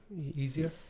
easier